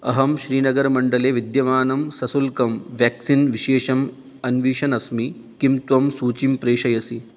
अहं श्रीनगरमण्डले विद्यमानं सशुल्कं व्याक्सिन् विशेषम् अन्विषन् अस्मि किं त्वं सूचीं प्रेषयसि